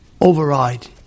override